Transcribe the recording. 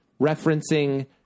referencing